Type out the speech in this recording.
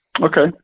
Okay